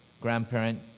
Grandparent